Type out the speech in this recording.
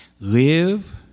Live